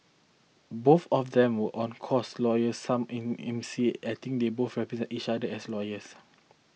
both of them were on course lawyers some in eminence I think they both represent each other as lawyers